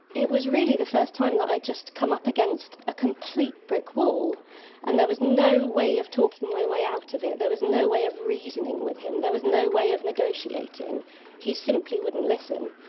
it was really the first time that i'd just come up against a complete brick wall and there was no way of talking my way out of it, there was no way of reasoning with him, there was no way of negotiating he simply wouldn't listen.